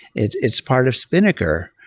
it's it's part of spinnaker,